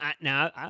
Now